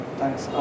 thanks